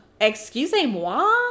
Excusez-moi